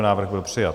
Návrh byl přijat.